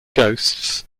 ghosts